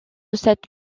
cette